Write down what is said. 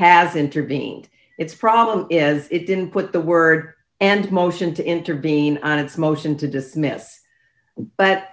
has intervened its problem is it didn't put the word and motion to intervene on its motion to dismiss but